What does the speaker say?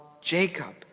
Jacob